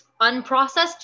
Unprocessed